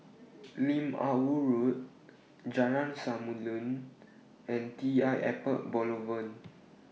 Lim Ah Woo Road Jalan Samulun and T L Airport Boulevard